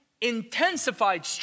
intensified